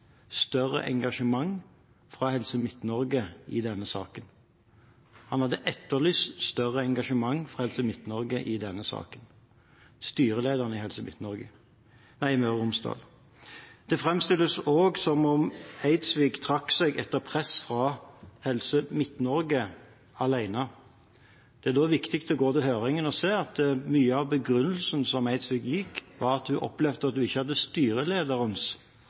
større engasjement fra Helse Midt-Norge i denne saken – styrelederen i Helse Møre og Romsdal hadde etterlyst større engasjement fra Helse Midt-Norge i denne saken. Det framstilles også som om Eidsvik trakk seg etter press fra Helse Midt-Norge alene. Det er da viktig å gå til høringen. Der ser man at mye av begrunnelsen som Eidsvik ga, var at hun opplevde at hun ikke hadde